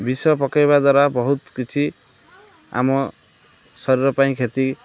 ବିଷ ପକେଇବା ଦ୍ୱାରା ବହୁତ କିଛି ଆମ ଶରୀର ପାଇଁ କ୍ଷତି